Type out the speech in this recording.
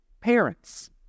parents